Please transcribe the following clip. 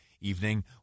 evening